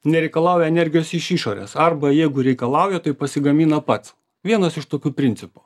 nereikalauja energijos iš išorės arba jeigu reikalauja tai pasigamina pats vienas iš tokių principų